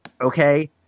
okay